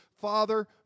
Father